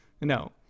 No